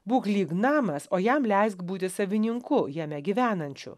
būk lyg namas o jam leisk būti savininku jame gyvenančiu